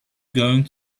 going